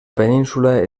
península